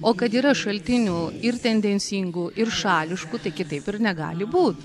o kad yra šaltinių ir tendencingų ir šališkų tai kitaip ir negali būt